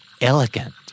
Elegant